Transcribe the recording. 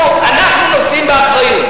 אנחנו נושאים באחריות.